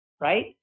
right